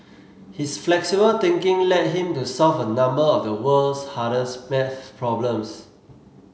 his flexible thinking led him to solve a number of the world's hardest maths problems